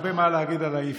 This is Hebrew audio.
הרבה מה להגיד עליי אי-אפשר.